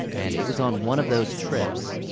and it was on one of those trips,